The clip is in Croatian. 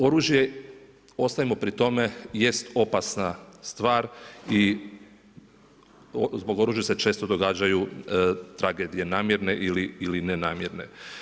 Oružje ostaje pri tome jest opasna stvar i zbog oružja se često događaju tragedije namjerne ili nenamjerne.